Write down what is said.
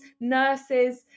nurses